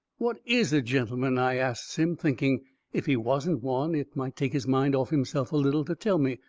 what is a gentleman? i asts him, thinking if he wasn't one it might take his mind off himself a little to tell me.